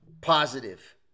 Positive